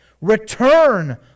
Return